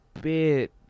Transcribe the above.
bit